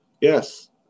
Yes